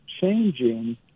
changing